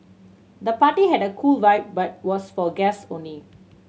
the party had a cool vibe but was for guests only